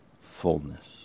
fullness